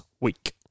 week